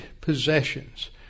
possessions